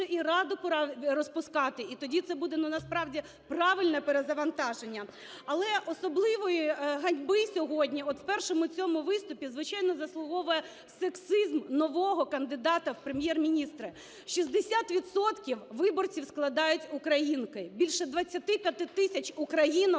пора розпускати, і тоді це буде насправді правильне перезавантаження. Але особливої ганьби сьогодні от в першому цьому виступі, звичайно, заслуговує сексизм нового кандидата в Прем'єр-міністри. 60 відсотків виборців складають українки, більше 25 тисяч українок